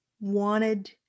wanted